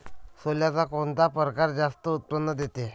सोल्याचा कोनता परकार जास्त उत्पन्न देते?